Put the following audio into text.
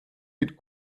den